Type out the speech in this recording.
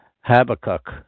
Habakkuk